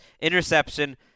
interception